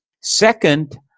Second